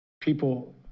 People